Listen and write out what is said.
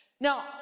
Now